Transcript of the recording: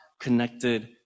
connected